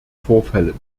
vorfällen